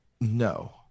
no